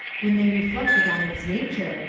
when they reflected on its nature,